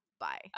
bye